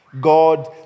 God